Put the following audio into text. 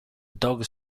dog